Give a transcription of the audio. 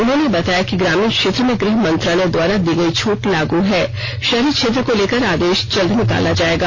उन्होंने बताया कि ग्रामीण क्षेत्र में गृह मंत्रालय द्वारा दी गई छूट लागू है शहरी क्षेत्र को लेकर आदेश जल्द निकाला जाएगा